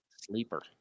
Sleeper